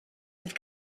have